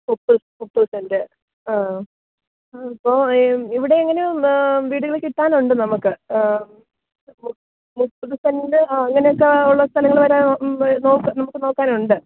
മുപ്പതു മുപ്പതു സെൻറ് അ അ ഇപ്പോള് ഇവിടെ ഇങ്ങനെ വീടുകള് കിട്ടാനുണ്ട് നമുക്ക് മുപ്പതു സെൻറ് ആ അങ്ങനെയൊക്കെ ഉള്ള സ്ഥലങ്ങള് വരെ നമുക്ക് നോക്കാനുണ്ട്